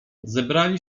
zebrali